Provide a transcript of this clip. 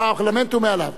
הפרלמנט הוא מעליו.